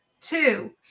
Two